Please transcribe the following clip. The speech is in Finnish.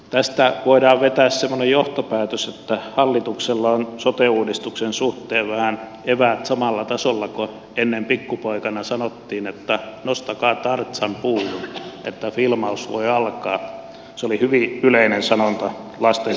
tästä voidaan vetää semmoinen johtopäätös että hallituksella on sote uudistuksen suhteen eväät vähän samalla tasolla kuin oli ennen kun pikkupoikana sanottiin että nostakaa tarzan puuhun että filmaus voi alkaa se oli hyvin yleinen sanonta lasten keskuudessa